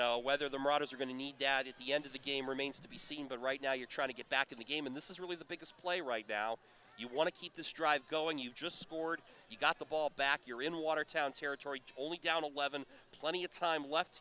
know whether the marauders are going to need dad at the end of the game remains to be seen but right now you're trying to get back in the game and this is really the biggest play right now you want to keep this drive going you just scored you got the ball back you're in watertown territory only down eleven plenty of time left